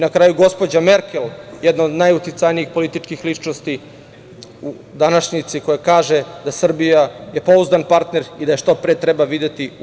Na kraju, i gospođa Merkel, jedna od najuticajnijih političkih ličnosti današnjice, kaže da je Srbija pouzdan partner i da je što pre treba videti u EU.